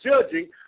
judging